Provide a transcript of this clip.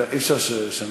אי-אפשר לשנות.